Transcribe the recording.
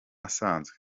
asanzwe